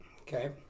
Okay